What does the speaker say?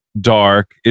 Dark